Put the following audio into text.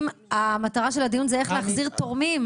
חברים, המטרה של הדיון היא איך להחזיר תורמים.